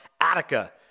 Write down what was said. Attica